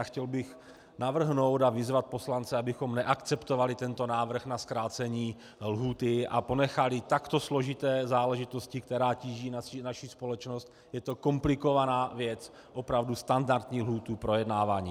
Chtěl bych navrhnout a vyzvat poslance, abychom neakceptovali tento návrh na zkrácení lhůty a ponechali takto složité záležitosti, která tíží naši společnost, je to komplikovaná věc, opravdu standardní lhůtu k projednávání.